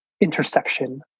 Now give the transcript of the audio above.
intersection